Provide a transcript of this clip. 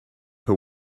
who